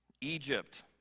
Egypt